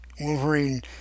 Wolverine